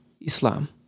Islam